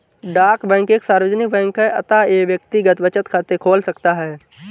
डाक बैंक एक सार्वजनिक बैंक है अतः यह व्यक्तिगत बचत खाते खोल सकता है